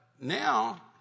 now